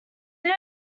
know